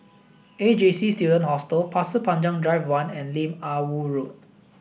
A J C Student Hostel Pasir Panjang Drive one and Lim Ah Woo Road